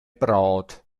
braut